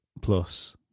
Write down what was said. plus